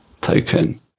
token